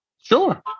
Sure